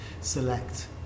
select